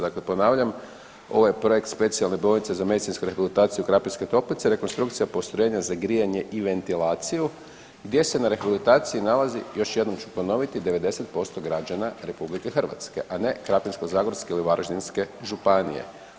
Dakle, ponavljam ovaj projekt specijalne bolnice za medicinsku rehabilitaciju Krapinske toplice rekonstrukcija postrojenja za grijanje i ventilaciju gdje se na rehabilitaciji nalazi još jednom ću ponoviti 90% građana RH, a ne Krapinsko-zagorske ili Varaždinske županije.